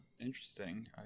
interesting